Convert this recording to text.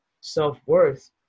self-worth